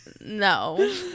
No